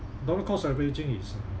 dollar cost averaging is